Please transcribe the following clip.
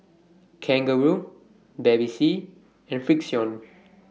Kangaroo Bevy C and Frixion